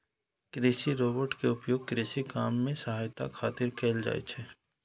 कृषि रोबोट के उपयोग कृषि काम मे सहायता खातिर कैल जाइ छै